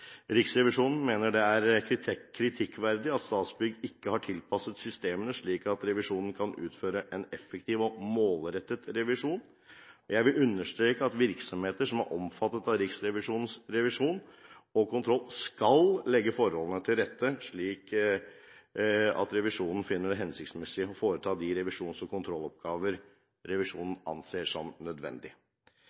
Riksrevisjonen mener det er kritikkverdig at Statsbygg ikke har tilpasset systemene slik at Riksrevisjonen kan utføre en effektiv og målrettet revisjon. Jeg vil understreke at virksomheter som er omfattet av Riksrevisjonens revisjon og kontroll, skal legge forholdene til rette slik at Riksrevisjonen finner det hensiktsmessig å foreta de revisjons- og kontrolloppgaver den anser som